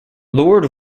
lord